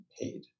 paid